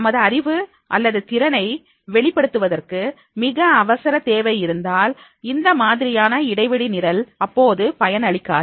நமது அறிவு அல்லது திறனை வெளிப்படுத்துவதற்கு மிக அவசர தேவை இருந்தால் இந்த மாதிரியான இடைவெளி நிரல் அப்போது பயனளிக்காது